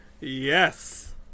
Yes